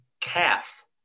calf